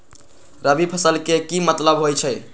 रबी फसल के की मतलब होई छई?